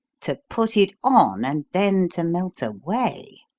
to put it on, and then to melt away?